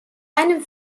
einem